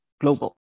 global